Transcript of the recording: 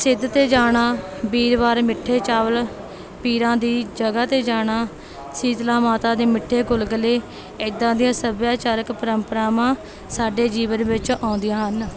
ਸਿੱਧ 'ਤੇ ਜਾਣਾ ਵੀਰਵਾਰ ਮਿੱਠੇ ਚਾਵਲ ਪੀਰਾਂ ਦੀ ਜਗ੍ਹਾ 'ਤੇ ਜਾਣਾ ਸ਼ੀਤਲਾ ਮਾਤਾ ਦੇ ਮਿੱਠੇ ਗੁਲਗੁਲੇ ਇੱਦਾਂ ਦੀਆਂ ਸੱਭਿਆਚਾਰਕ ਪਰੰਪਰਾਵਾਂ ਸਾਡੇ ਜੀਵਨ ਵਿੱਚ ਆਉਂਦੀਆਂ ਹਨ